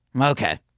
Okay